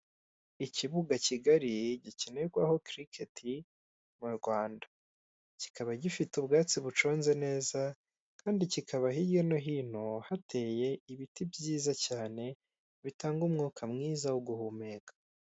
Ikibuga kigari gikinirwaho kiriketi mu Rwanda kikaba gifite ubwatsi bucunze neza kandi kikaba hirya no hino hateye ibiti byiza cyane bitanga umwuka mwiza wo guhumeka.